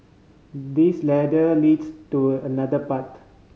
this ladder leads to another path